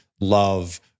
love